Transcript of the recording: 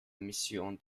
mission